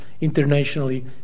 internationally